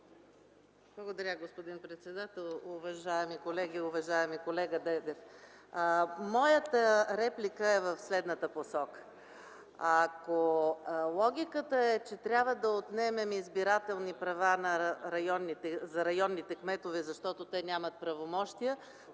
Благодаря, господин председател. Уважаеми колеги! Уважаеми колега Дедев, моята реплика е в следната посока. Ако логиката е, че трябва да отнемем избирателни права на районните кметове, защото нямат правомощие,